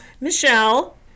Michelle